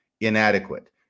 inadequate